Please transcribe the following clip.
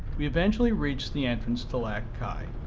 we eventually reached the entrance to lac cai.